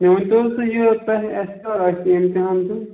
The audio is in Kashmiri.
مےٚ ؤنۍتو حظ تُہۍ یہِ تۄہہِ اَسہِ کر آسہِ اِمتِحان دِیُن